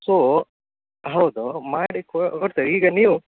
so ಹೌದು ಮಾಡಿ ಕೊಡ್ತೇವೆ ಈಗ ನೀವು